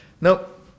nope